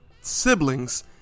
siblings